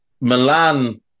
Milan